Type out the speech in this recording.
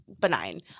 benign